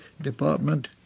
Department